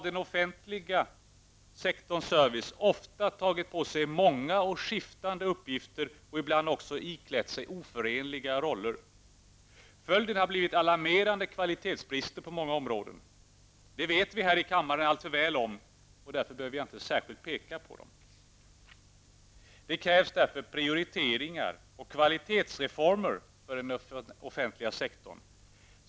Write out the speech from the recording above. Den offentliga sektorns service har i dag ofta tagit på sig många och skiftande uppgifter och ibland också iklätt sig oförenliga roller. Följden har blivit alarmerande kvalitetsbrister på många områden. Det vet vi här i kammaren alltför väl om, och därför behöver jag inte särskilt peka på dessa. Det krävs prioriteringar och kvalitetsreformer för den offentliga sektorn.